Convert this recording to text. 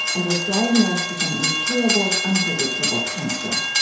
and was diagnosed with an incurable, unpredictable cancer.